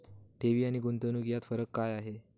ठेवी आणि गुंतवणूक यात फरक काय आहे?